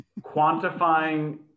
Quantifying